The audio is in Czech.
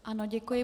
Ano, děkuji.